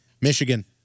Michigan